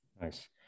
nice